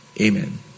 Amen